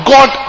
God